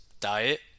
diet